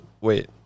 wait